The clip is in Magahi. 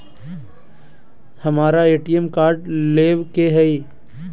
हमारा ए.टी.एम कार्ड लेव के हई